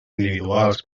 individuals